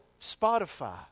Spotify